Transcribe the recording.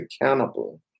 accountable